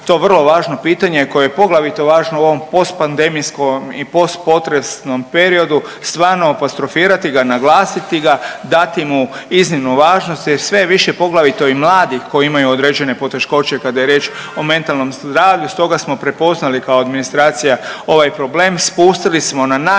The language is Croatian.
to vrlo važno pitanje koje je poglavito važno u ovom postpandemijskom i postpotresnom periodu stvarno apostrofirati ga, naglasiti ga, dati mu iznimnu važnost jer je sve više poglavito i mladih koji imaju određene poteškoće kada je riječ o mentalnom zdravlju. Stoga smo prepoznali kao administracija ovaj problem, spustili smo na najnižu,